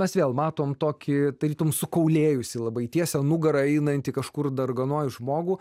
mes vėl matom tokį tarytum sukaulėjusį labai tiesia nugara einantį kažkur darganoj žmogų